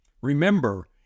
Remember